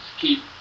keep